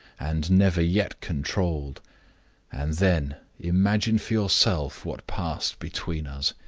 and never yet controlled and then imagine for yourself what passed between us.